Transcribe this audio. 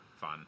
fun